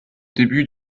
début